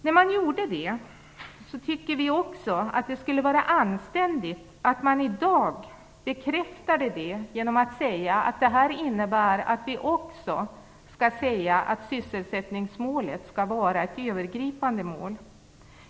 När man nu gjorde på detta sätt tycker vi att det skulle vara anständigt att man i dag bekräftade det genom att säga att detta innebär att sysselsättningsmålet skall vara ett övergripande mål.